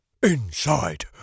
Inside